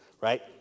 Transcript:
right